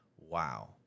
wow